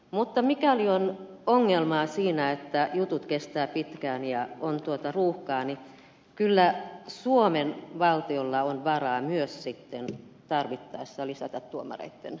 mutta mikäli on ongelmaa siinä että jutut kestävät pitkään ja on ruuhkaa niin kyllä suomen valtiolla on varaa myös tarvittaessa lisätä tuomareitten määrääkin